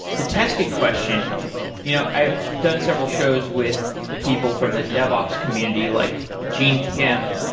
the testing question you know i've done several shows with people from the devops community, like gene kim,